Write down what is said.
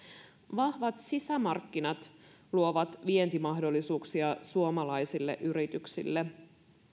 vahvat sisämarkkinat luovat vientimahdollisuuksia suomalaisille yrityksille